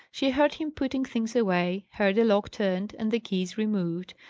she heard him putting things away heard a lock turned, and the keys removed.